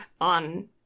on